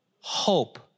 Hope